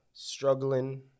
struggling